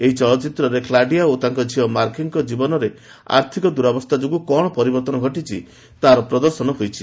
ସେହି ଚଳଚ୍ଚିତ୍ରରେ କ୍ଲଡ଼ିଆ ଓ ତାଙ୍କ ଝିଅ ମାର୍ଘେଙ୍କ ଜୀବନରେ ଆର୍ଥକ ଦୁରାବସ୍ଥା ଯୋଗୁଁ କ'ଣ ପରିବର୍ତ୍ତନ ଘଟିଛି ତା'ର ପ୍ରଦର୍ଶନ ହୋଇଛି